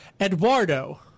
Eduardo